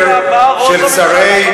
זה לא מה שאמר ראש הממשלה בבחירות,